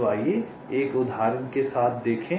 तो आइए एक उदाहरण के साथ देखें